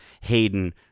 Hayden